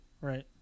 Right